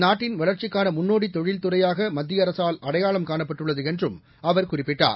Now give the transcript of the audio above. நாட்டின் வளர்ச்சிகான முன்னோடி தொழில் துறையாக மத்திய அரசால் அடையாளம் காணப்பட்டுள்ளது என்றும் அவர் குறிப்பிட்டார்